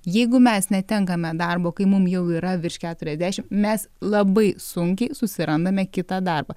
jeigu mes netenkame darbo kai mum jau yra virš keturiasdešim mes labai sunkiai susirandame kitą darbą